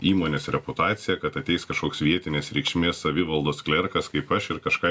įmonės reputacija kad ateis kažkoks vietinės reikšmės savivaldos klerkas kaip aš ir kažką